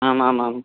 आम् आम् आम्